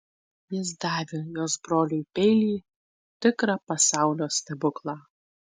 jis davė jos broliui peilį tikrą pasaulio stebuklą